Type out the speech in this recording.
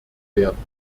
werden